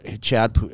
Chad